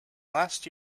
last